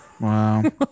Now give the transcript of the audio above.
Wow